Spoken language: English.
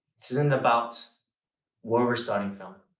this isn't about what we're starting from.